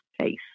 case